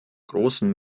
großen